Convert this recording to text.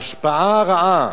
ההשפעה הרעה